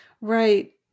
Right